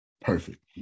Perfect